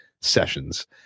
Sessions